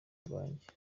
rwanjye